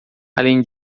além